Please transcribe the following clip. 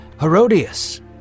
Herodias